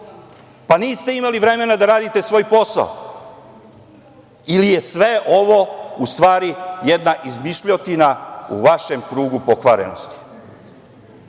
pa niste imali vremena da radite svoj posao ili je sve ovo u stvari jedna izmišljotina u vašem krugu pokvarenosti? Naravno,